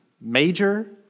major